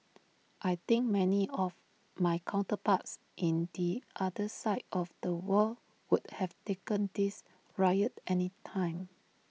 I think many of my counterparts in the other side of the world would have taken this riot any time